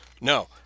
No